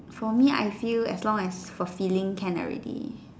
for me I feel as long as for feeling can already